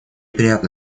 приятно